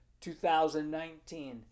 2019